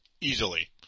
easily